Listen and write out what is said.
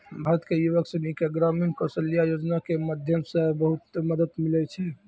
भारत के युवक सनी के ग्रामीण कौशल्या योजना के माध्यम से बहुत मदद मिलै छै